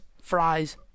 fries